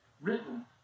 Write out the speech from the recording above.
written